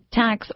tax